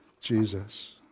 Jesus